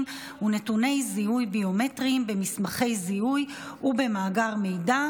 ונתוני זיהוי ביומטריים במסמכי זיהוי ובמאגר מידע,